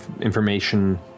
information